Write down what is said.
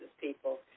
people